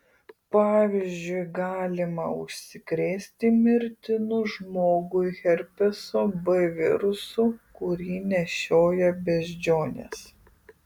pavyzdžiui galima užsikrėsti mirtinu žmogui herpeso b virusu kurį nešioja beždžionės